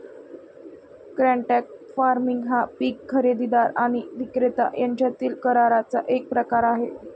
contract farming हा पीक खरेदीदार आणि विक्रेता यांच्यातील कराराचा एक प्रकार आहे